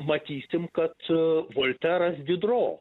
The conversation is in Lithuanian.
matysim kad volteras didro